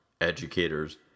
educators